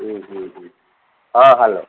ହୁଁ ହୁଁ ହୁଁ ହଁ ହ୍ୟାଲୋ